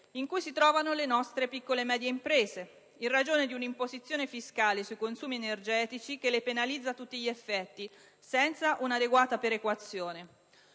in cui si trovano le nostre piccole e medie imprese. in ragione di un'imposizione fiscale sui consumi energetici che le penalizza a tutti gli effetti senza un'adeguata perequazione.